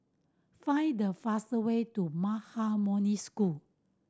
find the fastest way to Maha Moni School